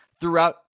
throughout